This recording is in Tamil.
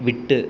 விட்டு